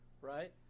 right